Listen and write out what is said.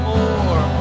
More